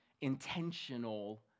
intentional